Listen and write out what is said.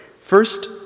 First